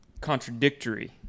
contradictory